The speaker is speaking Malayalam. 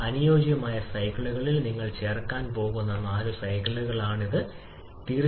അനുയോജ്യമായ സൈക്കിളുകളിൽ നിങ്ങൾ ചേർക്കാൻ പോകുന്ന നാല് സൈക്കിളുകളാണിത് ഇന്ധന വായു ചക്രം